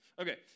Okay